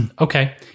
okay